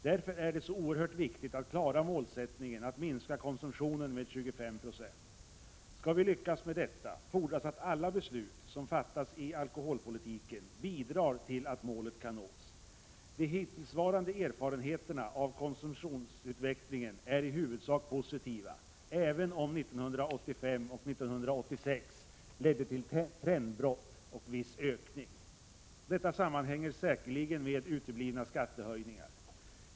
Därför är det så oerhört viktigt att klara målsättningen att minska konsumtionen med 25 96. Skall vi lyckas med detta, fordras att alla beslut som fattas i alkoholpolitiken bidrar till att målet kan nås. De hittillsvarande erfarenheterna av konsumtionsutvecklingen är i huvudsak positiva, även om 1985 och 1986 ledde till trendbrott och viss ökning. Detta sammanhängde säkerligen med uteblivna skattehöjningar.